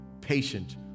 patient